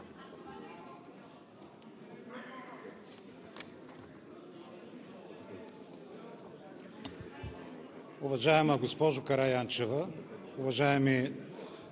Уважаема госпожо Караянчева, уважаеми